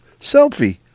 selfie